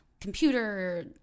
computer